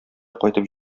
кайтып